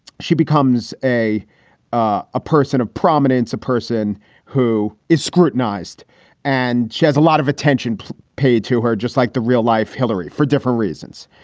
she becomes a ah a person of prominence, a person who is scrutinized and she has a lot of attention paid to her, just like the real life hillary for different reasons.